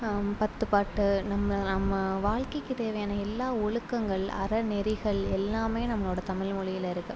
பத்து பாட்டு நம்ம நம்ம வாழ்கைக்கு தேவையான எல்லா ஒழுக்கங்கள் அறநெறிகள் எல்லாம் நம்மளோடய தமிழ்மொழியில் இருக்குது